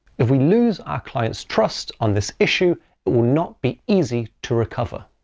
if we lose our clients' trust on this issue, it will not be easy to recover.